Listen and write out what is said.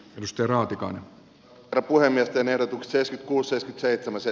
lysti raatikainen kapur miesten ehdotukseensa kuusi seitsemässä